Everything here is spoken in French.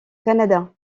canada